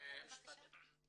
יכולה לשאול שאלה?